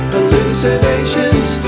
Hallucinations